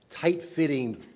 tight-fitting